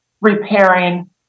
repairing